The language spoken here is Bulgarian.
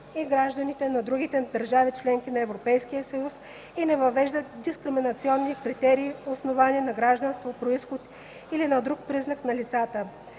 на гражданите на другите държави – членки на Европейския съюз, и не въвеждат дискриминационни критерии, основани на гражданство, произход или на друг признак на лицата.